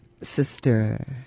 Sister